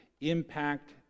impact